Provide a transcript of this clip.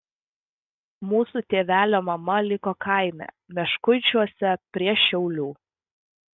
mūsų tėvelio mama liko kaime meškuičiuose prie šiaulių